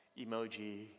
emoji